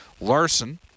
Larson